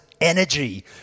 energy